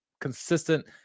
consistent